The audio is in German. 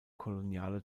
koloniale